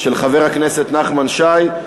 חבר הכנסת נחמן שי.